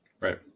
right